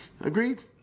Agreed